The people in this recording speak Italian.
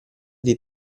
dei